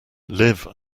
live